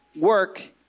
work